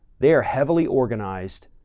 they are heavily organized,